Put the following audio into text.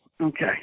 okay